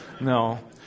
No